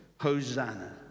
Hosanna